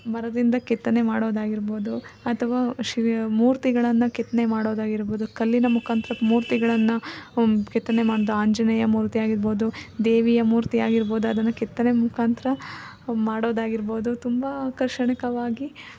ಮರದಿಂದ ಕೆತ್ತನೆ ಮಾಡೋದಾಗಿರ್ಬೋದು ಅಥವಾ ಶಿಲೆಯ ಮೂರ್ತಿಗಳನ್ನು ಕೆತ್ತನೆ ಮಾಡೋದಾಗಿರ್ಬೋದು ಕಲ್ಲಿನ ಮುಖಾಂತರ ಮೂರ್ತಿಗಳನ್ನು ಕೆತ್ತನೆ ಮಾಡೋದು ಆಂಜನೇಯ ಮೂರ್ತಿಯಾಗಿರ್ಬೋದು ದೇವಿಯ ಮೂರ್ತಿಯಾಗಿರ್ಬೋದು ಅದನ್ನು ಕೆತ್ತನೆ ಮುಖಾಂತರ ಮಾಡೋದಾಗಿರ್ಬೋದು ತುಂಬ ಆಕರ್ಷಣೀಯವಾಗಿ